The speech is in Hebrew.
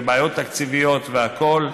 ובעיות תקציביות והכול,